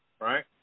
Right